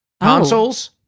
consoles